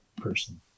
person